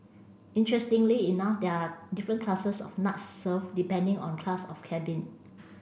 interestingly enough there are different classes of nuts served depending on class of cabin